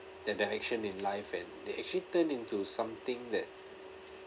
the direction in life and they actually turn into something that